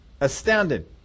astounded